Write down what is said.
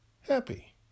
happy